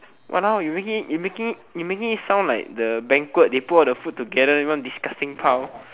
you making you making you making me sound like the banquet they put all the food together into one disgusting pile